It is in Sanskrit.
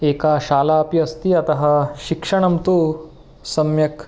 एका शाला अपि अस्ति अतः शिक्षणं तु सम्यक्